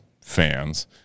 fans